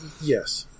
Yes